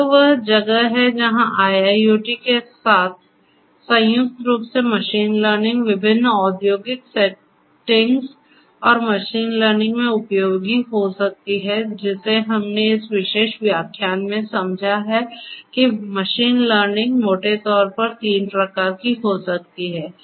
तो यह वह जगह है जहाँ IIoT के साथ संयुक्त रूप से मशीन लर्निंग विभिन्न औद्योगिक सेटिंग्स और मशीन लर्निंग में उपयोगी हो सकती है जिसे हमने इस विशेष व्याख्यान में समझा है कि मशीन लर्निंग मोटे तौर पर तीन प्रकार की हो सकती है